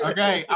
Okay